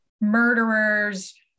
murderers